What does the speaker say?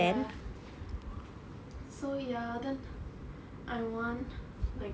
ya so ya then I want like